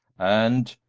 and,